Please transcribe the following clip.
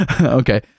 Okay